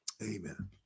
Amen